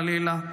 חלילה,